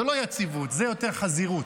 זה לא יציבות, זה יותר חזירות.